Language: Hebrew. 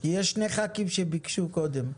יש שני ח"כים שביקשו קודם.